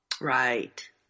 Right